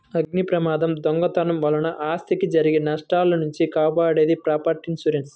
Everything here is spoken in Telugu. అగ్నిప్రమాదం, దొంగతనం వలన ఆస్తికి జరిగే నష్టాల నుంచి కాపాడేది ప్రాపర్టీ ఇన్సూరెన్స్